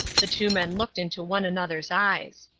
the two men looked into one another's eyes.